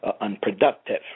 unproductive